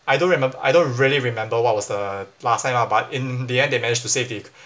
I don't remember I don't really remember what was the last time lah but in the end they managed to save the